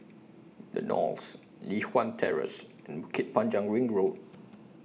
The Knolls Li Hwan Terrace and Bukit Panjang Ring Road